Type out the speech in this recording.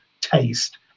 taste